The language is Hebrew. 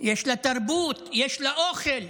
יש לה תרבות, יש לה אוכל,